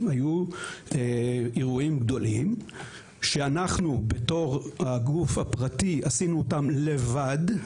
היו אירועים גדולים שאנחנו בתור הגוף הפרטי עשינו אותם לבד,